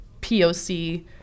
POC